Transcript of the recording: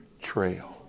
trail